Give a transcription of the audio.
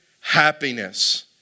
happiness